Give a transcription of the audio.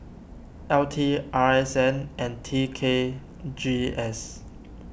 L T R S N and T K G S